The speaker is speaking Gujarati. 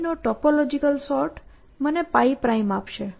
π નો ટોપોલોજીકલ સોર્ટ મને π' આપશે